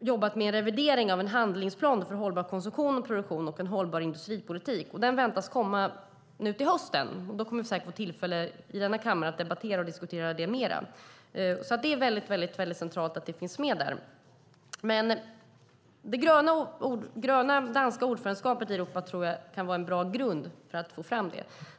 jobbat med revidering av en handlingsplan för hållbar konsumtion och produktion och en hållbar industripolitik. Den väntas komma till hösten. Då får vi säkert tillfälle att diskutera det här i kammaren. Det är centralt att det finns med. Det gröna danska ordförandeskapet i Europa tror jag kan vara en bra grund för detta.